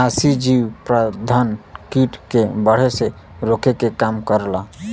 नाशीजीव प्रबंधन कीट के बढ़े से रोके के काम करला